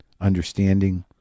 understanding